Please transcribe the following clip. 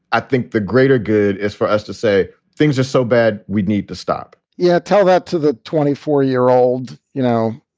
i think the greater good is for us to say things are so bad we'd need to stop yeah, tell that to the twenty four year old, you know,